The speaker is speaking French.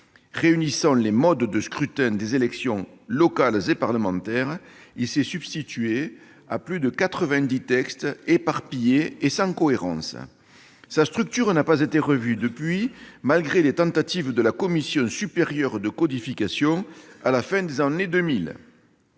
Réunissant les modes de scrutin des élections locales et parlementaires, il s'est substitué à plus de quatre-vingt-dix textes éparpillés et sans cohérence. Sa structure n'a pas été revue depuis, malgré les tentatives de la Commission supérieure de codification, à la fin des années 2000.